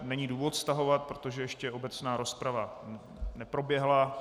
Není důvod stahovat, protože ještě obecná rozprava neproběhla.